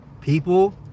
people